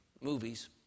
movies